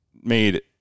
made